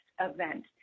event